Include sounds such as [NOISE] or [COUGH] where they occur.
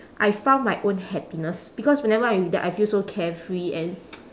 I found my own happiness because whenever I am with them I feel so carefree and [NOISE]